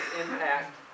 impact